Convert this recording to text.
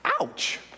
Ouch